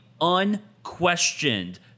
unquestioned